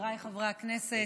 חבריי חברי הכנסת,